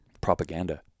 propaganda